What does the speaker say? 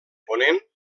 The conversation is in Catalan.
ponent